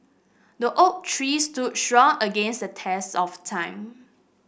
the oak tree stood strong against the test of time